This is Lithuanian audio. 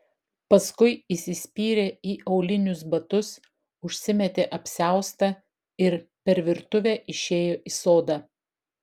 paskui įsispyrė į aulinius batus užsimetė apsiaustą ir per virtuvę išėjo į sodą